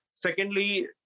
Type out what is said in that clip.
Secondly